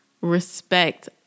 respect